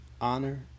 honor